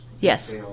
yes